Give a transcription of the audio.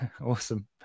Awesome